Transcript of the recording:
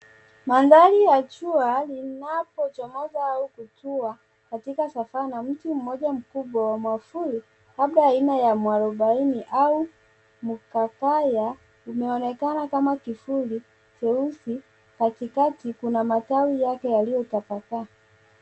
Maandari ya jua linapochomaza au kutua katika Savannah, Miti moja mkubwa wa mwavuli labda aina ya mwarubaini au mkakakaya umeonekana kama mwavuli jeusi, katika kuna matawi yake yaliotapakaa.